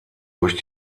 durch